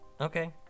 Okay